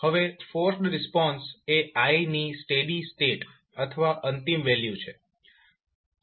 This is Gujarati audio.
હવે ફોર્સ્ડ રિસ્પોન્સ એ i ની સ્ટેડી સ્ટેટ અથવા અંતિમ વેલ્યુ છે